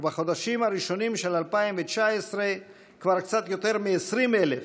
ובחודשים הראשונים של 2019 כבר קצת יותר מ-20,000,